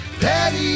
Patty